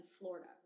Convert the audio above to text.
Florida